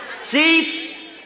See